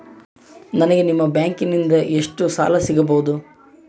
ನನಗ ನಿಮ್ಮ ಬ್ಯಾಂಕಿನಿಂದ ಎಷ್ಟು ಸಾಲ ಸಿಗಬಹುದು?